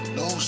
no